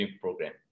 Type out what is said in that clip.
program